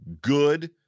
good